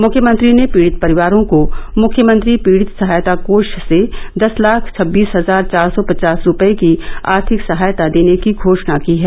मुख्यमंत्री ने पीड़ित परिवारों को मुख्यमंत्री पीड़ित सहायता कोष से दस लाख छबीस हजार चार सौ पचास रूपए की आर्थिक सहायता देने की घोषणा की है